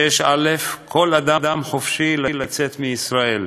(א) כל אדם חופשי לצאת מישראל.